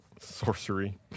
Sorcery